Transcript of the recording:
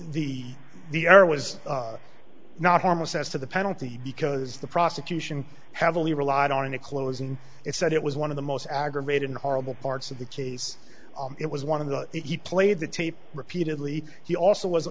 the other was not harmless as to the penalty because the prosecution heavily relied on in the closing it said it was one of the most aggravating horrible parts of the case it was one of the he played the tape repeatedly he also was